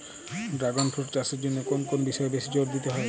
Dragon fruit চাষের জন্য কোন কোন বিষয়ে বেশি জোর দিতে হয়?